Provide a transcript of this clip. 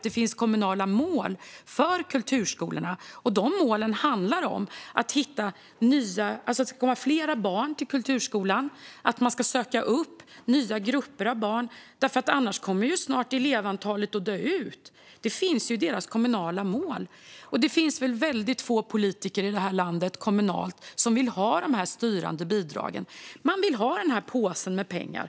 Det finns kommunala mål för kulturskolorna, och de målen handlar om att det ska komma flera barn till kulturskolan och att man ska söka upp nya grupper av barn. Annars kommer elevunderlaget snart att dö ut. Detta finns i de kommunala målen. Det är väl väldigt få kommunala politiker i det här landet som vill ha de styrande bidragen. De vill i stället ha påsen med pengar.